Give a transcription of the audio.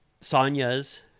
Sonya's